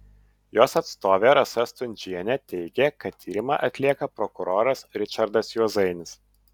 jos atstovė rasa stundžienė teigė kad tyrimą atlieka prokuroras ričardas juozainis